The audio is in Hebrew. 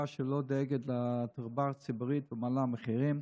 שלא דואגת לתחבורה הציבורית ומעלה מחירים,